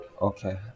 Okay